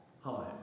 Hi